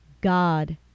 god